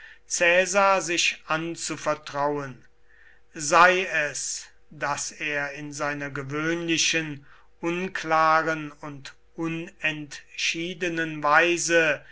caesar sich anzuvertrauen sei es daß er in seiner gewöhnlichen unklaren und unentschiedenen weise